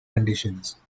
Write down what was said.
conditions